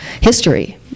history